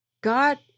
God